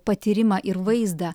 patyrimą ir vaizdą